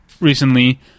recently